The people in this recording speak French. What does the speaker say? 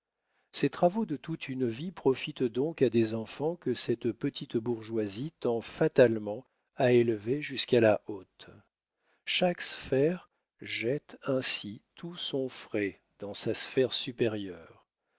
ces travaux de toute une vie profitent donc à des enfants que cette petite bourgeoisie tend fatalement à élever jusqu'à la haute chaque sphère jette ainsi tout son frai dans sa sphère supérieure